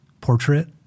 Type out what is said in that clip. portrait